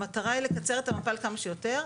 המטרה היא לקצר את המפ"ל כמה שיותר.